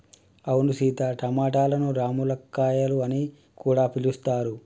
అవును సీత టమాటలను రామ్ములక్కాయాలు అని కూడా పిలుస్తారు